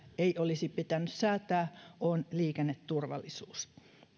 ei olisi pitänyt säätää on liikenneturvallisuus